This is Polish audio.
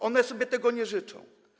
One sobie tego nie życzą.